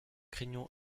craignons